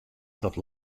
dat